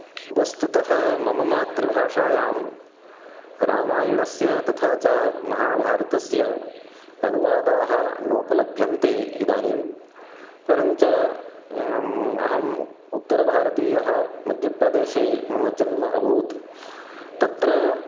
वस्तुतः मम मातृभाषायां रामायणस्य तथा च महाभारतस्य अनुवादाः नोपलभ्यन्ते इदानीं परं च अहम् उत्तरभारतीयः मध्यप्रदेशे मम जन्म अभूत् तत्र